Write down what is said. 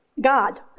God